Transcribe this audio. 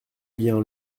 bien